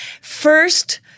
first